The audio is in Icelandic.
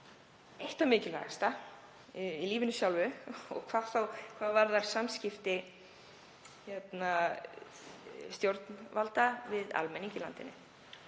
eitt það mikilvægasta í lífinu sjálfu og hvað þá hvað varðar samskipti stjórnvalda við almenning í landinu